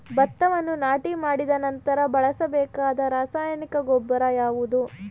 ಭತ್ತವನ್ನು ನಾಟಿ ಮಾಡಿದ ನಂತರ ಬಳಸಬೇಕಾದ ರಾಸಾಯನಿಕ ಗೊಬ್ಬರ ಯಾವುದು?